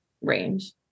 range